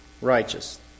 righteous